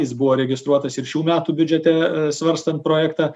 jis buvo registruotas ir šių metų biudžete svarstant projektą